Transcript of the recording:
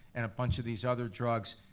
and a bunch of these other drugs,